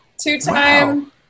Two-time